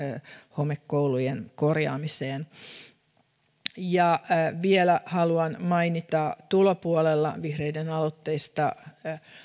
homekoulujen korjaamiseen vielä haluan mainita tulopuolella vihreiden aloitteista